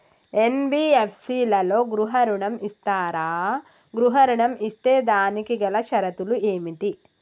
NBFC లలో గృహ ఋణం ఇస్తరా? గృహ ఋణం ఇస్తే దానికి గల షరతులు ఏమిటి?